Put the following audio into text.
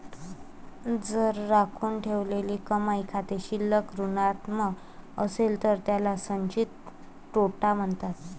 जर राखून ठेवलेली कमाई खाते शिल्लक ऋणात्मक असेल तर त्याला संचित तोटा म्हणतात